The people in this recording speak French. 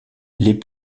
les